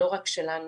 לא רק שלנו,